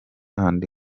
and